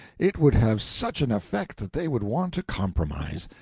it would have such an effect that they would want to compromise.